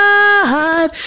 God